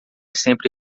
sempre